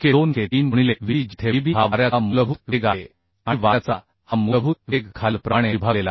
k2 k3 गुणिले Vb जेथे Vb हा वाऱ्याचा मूलभूत वेग आहे आणि वाऱ्याचा हा मूलभूत वेग खालीलप्रमाणे विभागलेला आहे